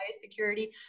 security